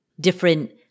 different